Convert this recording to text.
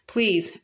Please